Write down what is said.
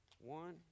One